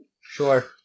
Sure